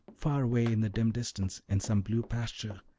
far away in the dim distance, in some blue pasture,